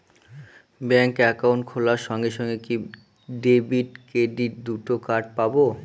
Bank account খোলার সঙ্গে সঙ্গে কি ডেবিট ক্রেডিট দুটো কার্ড পাবো?